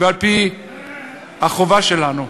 ועל-פי חובה שלנו,